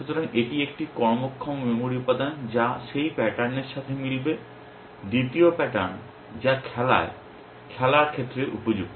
সুতরাং এটি একটি কর্মক্ষম মেমরি উপাদান যা সেই প্যাটার্নের সাথে মিলবে দ্বিতীয় প্যাটার্ন যা খেলায় খেলার ক্ষেত্রে উপযুক্ত